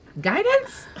Guidance